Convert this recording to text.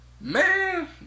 Man